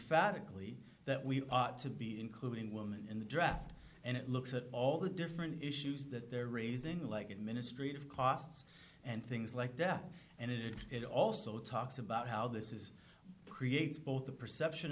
emphatically that we ought to be including woman in the draft and it looks at all the different issues that they're raising like administrative costs and things like death and it it also talks about how this is creates both the perception